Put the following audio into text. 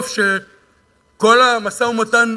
טוב שכל המשא-ומתן